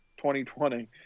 2020